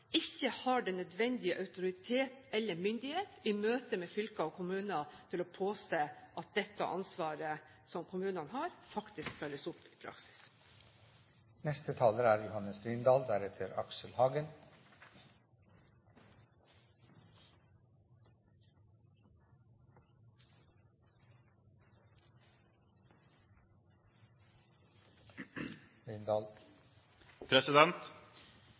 har den nødvendige autoritet eller myndighet i møtet med fylkene og kommuner for å påse at dette ansvaret som kommunene har, faktisk følges opp i